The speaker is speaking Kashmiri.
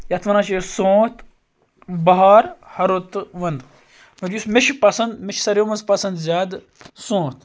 یتھ وَنان چھِ أسۍ سونٛت بَہار ہَرُد تہٕ وَندٕ یُس مےٚ چھُ پسَنٛد مےٚ چھُ ساروِیو مَنٛز پَسَنٛد زیادٕ سونٛت